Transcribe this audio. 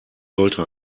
sollte